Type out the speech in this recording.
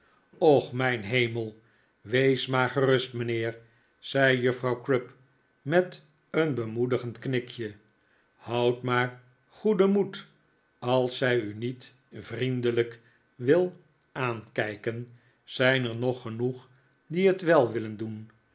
och mijn hemel wees maar gerust mijnheer zei juffrouw crupp met een bemoedigend knikje houd maar goeden moed als zij u niet vriendelijk wil aankijken zijn er nog genoeg die het wel willen doen